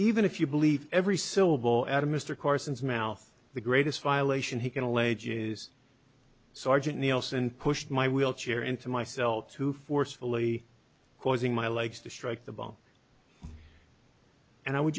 even if you believe every syllable at mr carson's mouth the greatest violation he can allege is sergeant neilson pushed my wheelchair into my cell to forcefully causing my legs to strike the bomb and i would